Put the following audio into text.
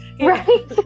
Right